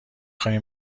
خوای